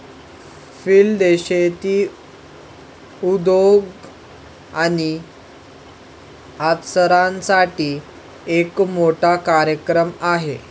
field day शेती उद्योग आणि अवजारांसाठी एक मोठा कार्यक्रम आहे